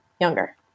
Younger